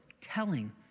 telling